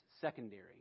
secondary